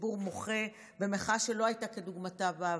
הציבור מוחה במחאה שלא הייתה כדוגמתה בעבר.